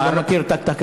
אתה לא מכיר את התקנון,